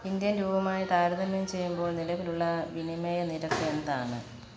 Indian രൂപയുമായി താരതമ്യം ചെയ്യുമ്പോൾ നിലവിലുള്ള വിനിമയ നിരക്ക് എന്താണ്